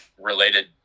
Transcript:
related